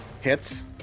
Hits